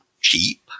cheap